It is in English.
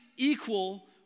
Equal